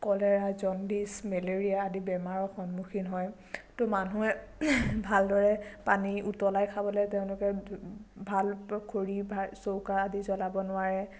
cholera jaundice malaria আদি বেমাৰৰ সন্মুখীন হয় তো মানুহে ভালদৰে পানী উতলাই খাবলৈ তেওঁলোকে ভাল খৰি বা চৌকা আদি জ্বলাব নোৱাৰে